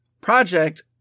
Project